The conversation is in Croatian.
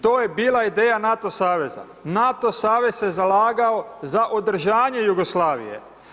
To je bila ideja NATO saveza, NATO savez se zalagao za održanje Jugoslavije.